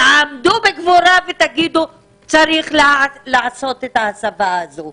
תעמדו בגבורה ותגידו שצריך לעשות את ההסבה הזו.